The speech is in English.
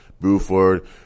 Buford